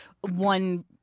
one